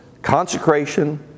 consecration